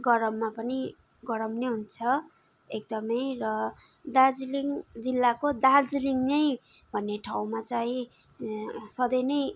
गरममा पनि गरम नै हुन्छ एकदमै र दार्जिलिङ जिल्लाको दार्जिलिङ भन्ने ठाउँमा चाहिँ सधैँ नै